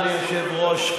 אדוני היושב-ראש.